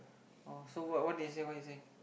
oh so what what did he say what he say